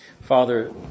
Father